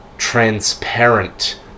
transparent